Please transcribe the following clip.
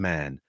Man